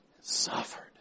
Suffered